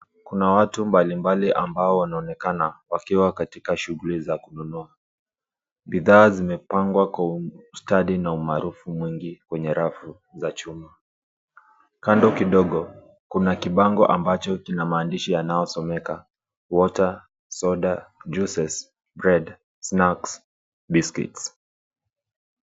Kuna watu mabli mbali ambao wanaonekana wakiwa katika shughuli za kununua. Bidhaa zimepangwa kwa ustadi na umaarufu mwingi kwenye rafu za chuma. Kando kidogo kuna kibango ambacho kina maandishi yanayosomeka, water, soda, juices, bread, snacks, biscuits .